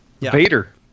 Vader